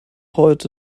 heute